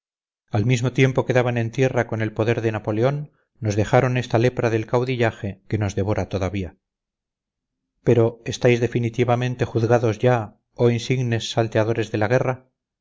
al mismo tiempo que daban en tierra con el poder de napoleón y nos dejaron esta lepra del caudillaje que nos devora todavía pero estáis definitivamente juzgados ya oh insignes salteadores de la guerra